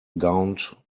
gaunt